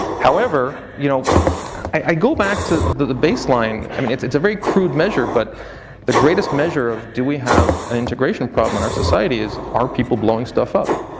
however, you know i go back to the baseline, i mean it's it's a very crude measure but the greatest measure of, do we have an integration problem in our society is are people are blowing stuff up?